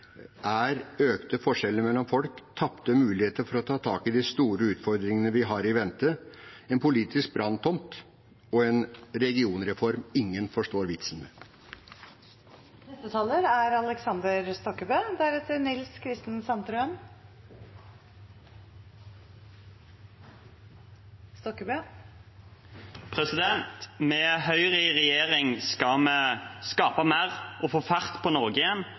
er økte forskjeller mellom folk, tapte muligheter for å ta tak i de store utfordringene vi har i vente, en politisk branntomt og en regionreform ingen forstår vitsen med. Med Høyre i regjering skal vi skape mer og få fart på Norge igjen,